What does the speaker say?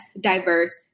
diverse